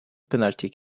penalty